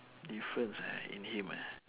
difference ah in him ah